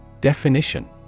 Definition